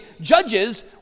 judges